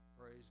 Praise